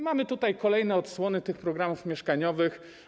Mamy tutaj kolejne odsłony programów mieszkaniowych.